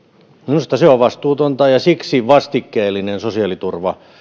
minusta se on vastuutonta ja siksi vastikkeellinen sosiaaliturva